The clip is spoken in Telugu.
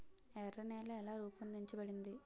ఎర్ర నేల ఎలా రూపొందించబడింది?